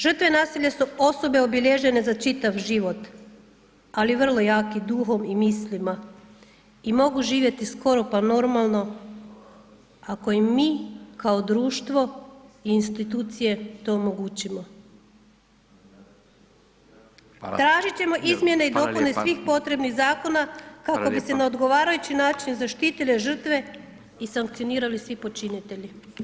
Žrtve nasilja su osobe obilježene za čitav život ali vrlo jaki duhom i mislima i mogu živjeti skoro pa normalno ako im mi kao društvo i institucije to omogućimo [[Upadica Radin: Hvala lijepa.]] Tražiti ćemo izmjene i dopune svih potrebnih zakona kako bi se na odgovarajući način zaštitile žrtve i sankcionirali svi počinitelji.